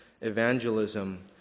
evangelism